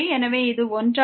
எனவே இது 1 ஆக மாறும்